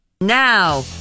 now